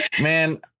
Man